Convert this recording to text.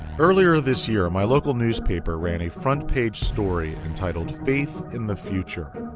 earlier this year and my local newspaper ran a front-page story entitled faith in the future.